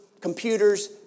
computers